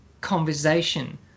conversation